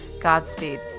Godspeed